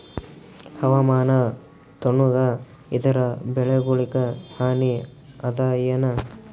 ಹವಾಮಾನ ತಣುಗ ಇದರ ಬೆಳೆಗೊಳಿಗ ಹಾನಿ ಅದಾಯೇನ?